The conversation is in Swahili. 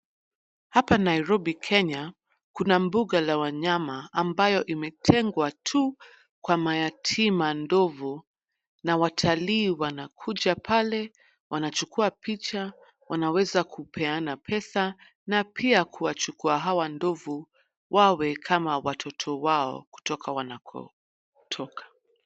Hapa Nairobi, Kenya, kuna mbuga la wanyama ambayo imetengwa tu kwa mayatima ndovu na watalii wanakuja pale, wanachukua picha, wanaweza kupeana pesa na pia kuwachukua hawa ndovu wawe kama watoto wao kutoka wanakotoka.